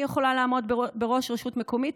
אני יכולה לעמוד בראש רשות מקומית,